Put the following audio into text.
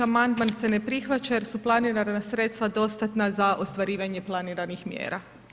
Amandman se ne prihvaća jer su planirana sredstva dostatna za ostvarivanje planiranih mjera.